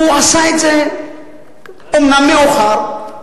הוא עשה את זה אומנם מאוחר,